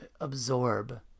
absorb